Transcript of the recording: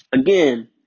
Again